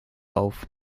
auf